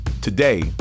Today